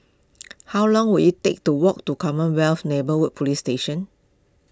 how long will it take to walk to Commonwealth Neighbourhood Police Station